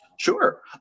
Sure